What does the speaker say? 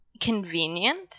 convenient